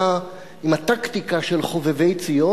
עם הטקטיקה של "חובבי ציון".